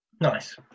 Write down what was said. Nice